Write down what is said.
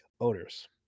owners